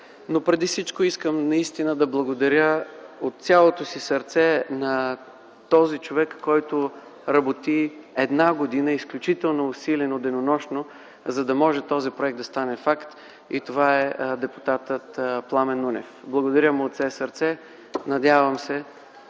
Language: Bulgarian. Преди всичко искам наистина да благодаря от цялото си сърце на този човек, който работи една година изключително усилено, денонощно, за да може този проект да стане факт. Това е депутатът Пламен Нунев. Благодаря му от все сърце! Надявам се,